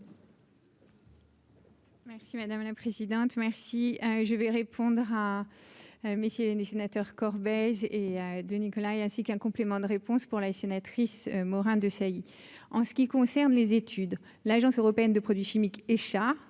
Merci madame la présidente, merci, je vais répondre à messieurs les sénateurs corbeille et de Nicolas et ainsi qu'un complément de réponse pour la sénatrice Morin-Desailly en ce qui concerne les études, l'Agence européenne de produits chimiques et